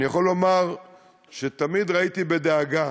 אני יכול לומר שתמיד ראיתי בדאגה